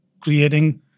creating